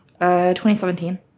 2017